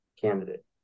candidate